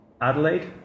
Adelaide